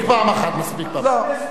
אדוני, מספיק פעם אחת.